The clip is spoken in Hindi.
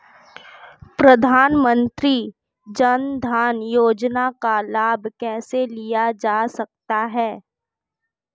प्रधानमंत्री जनधन योजना का लाभ कैसे लिया जा सकता है?